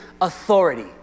authority